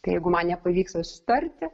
tai jeigu man nepavyksta susitarti